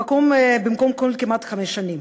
במקום כל כמעט חמש שנים.